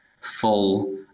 full